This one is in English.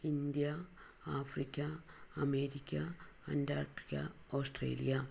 India Africa America Antarctica Australia